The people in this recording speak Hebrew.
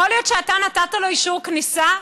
יכול להיות שאתה נתת לו אישור כניסה?